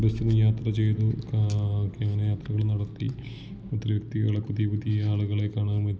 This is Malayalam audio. ബസ്സിൽ യാത്ര ചെയ്തു അങ്ങനെ യാത്രകൾ നടത്തി ഒത്തിരി വ്യക്തികളെ പുതിയ പുതിയ ആളുകളെ കാണാൻ